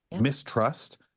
mistrust